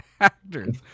actors